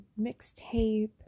mixtape